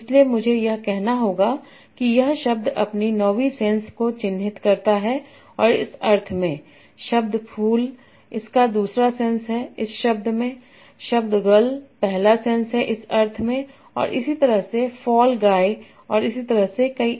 इसलिए मुझे यह कहना होगा कि यह शब्द अपनी ९वीं सेंस को चिह्नित करता है इस अर्थ में शब्द फूल इसका दूसरा सेंस है इस अर्थ में शब्द गल पहला सेंस है इस अर्थ में और इसी तरह से फॉल गाई और इसी तरह से और भी कई